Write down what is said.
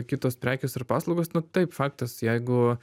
kitos prekės ir paslaugos nu taip faktas jeigu